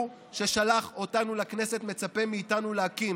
ששלח אותנו לכנסת מצפה מאיתנו להקים.